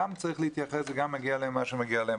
אבל גם במקרה כזה צריך להתייחס וגם להם מגיע מה שמגיע להם.